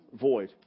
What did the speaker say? void